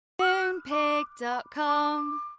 Moonpig.com